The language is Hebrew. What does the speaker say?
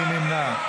מי נמנע?